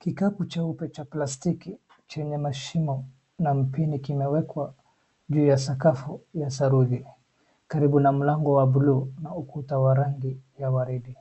Kikapu cheupe cha plastiki chenye mashimo na mpini kimewekwa juu ya sakafu ya saruji karibu na mlango wa bluun na ukuta wa rangi ya waridi.